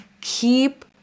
Keep